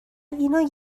اینو